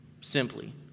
Simply